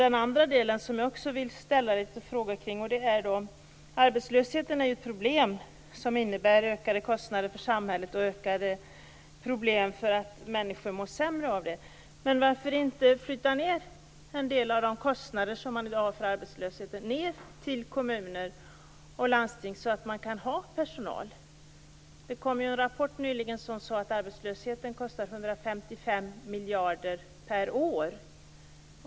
Den andra delen vill jag också ställa några frågor om. Arbetslösheten är ju ett problem som innebär ökade kostnader för samhället och ökade problem därför att människor mår sämre av den. Men varför inte flytta en del av de kostnader som man i dag har för arbetslösheten till kommuner och landsting så att de kan ha personal. Det kom ju nyligen en rapport där det framkom att arbetslösheten kostar 155 miljarder per år.